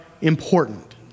important